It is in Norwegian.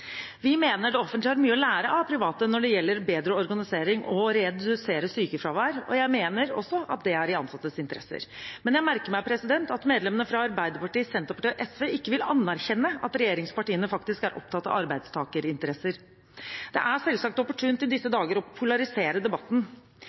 Vi mener det offentlige har mye å lære av private når det gjelder bedre organisering og å redusere sykefravær, og jeg mener også at det er i ansattes interesser. Men jeg merker meg at medlemmene fra Arbeiderpartiet, Senterpartiet og SV ikke vil anerkjenne at regjeringspartiene faktisk er opptatt av arbeidstakerinteresser. Det er selvsagt opportunt i disse